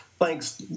thanks